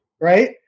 right